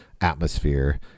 atmosphere